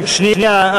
שנייה,